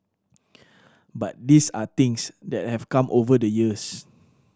but these are things that have come over the years